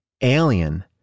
Alien